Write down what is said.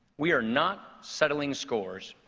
we are not settling scores,